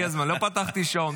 לא פתחתי שעון.